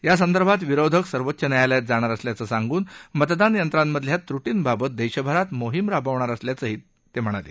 यासंदर्भात विरोधक सर्वोच्च न्यायालयात जाणार असल्याचं सांगून मतदानयंत्रांमधल्या त्रुटींबाबत देशभरात मोहीम राबवणार असल्याचंही त्यांनी सांगितलं